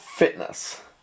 fitness